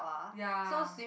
ya